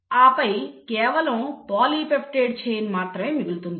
ఆపై కేవలం polypeptide chain మాత్రమే మిగులుతుంది